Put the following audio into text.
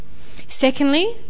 Secondly